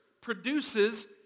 produces